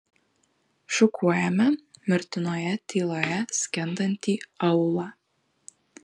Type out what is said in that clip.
šukuojame mirtinoje tyloje skendintį aūlą